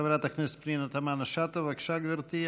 חברת הכנסת פנינה תמנו-שטה, בבקשה, גברתי.